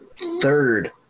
third